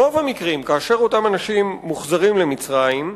ברוב המקרים, כאשר אותם אנשים מוחזרים למצרים,